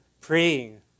praying